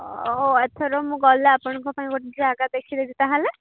ଏଥର ମୁଁ ଗଲେ ଆପଣଙ୍କ ପାଇଁ ଗୋଟେ ଜାଗା ଦେଖିଦେବି ତାହେଲେ